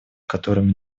которыми